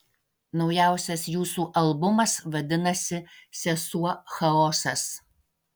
naujausias jūsų albumas vadinasi sesuo chaosas